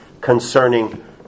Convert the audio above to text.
concerning